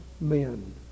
men